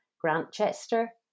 Grantchester